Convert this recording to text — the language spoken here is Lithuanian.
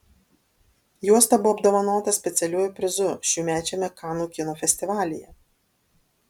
juosta buvo apdovanota specialiuoju prizu šiųmečiame kanų kino festivalyje